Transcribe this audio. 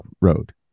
road